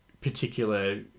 particular